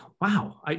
Wow